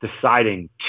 deciding